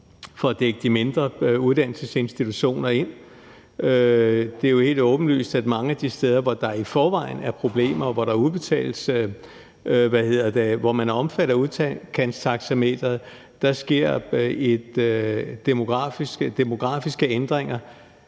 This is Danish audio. for at dække de mindre uddannelsesinstitutioner ind. Det er jo helt åbenlyst, at der mange af de steder, hvor der i forvejen er problemer, og hvor man er omfattet af udkantstaxameteret, sker demografiske ændringer,